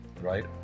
Right